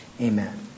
Amen